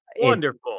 Wonderful